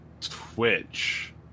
Twitch